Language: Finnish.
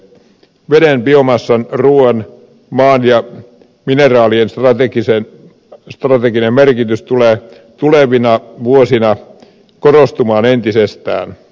veden biomassan ruuan maan ja mineraalien strateginen merkitys tulee tulevina vuosina korostumaan entisestään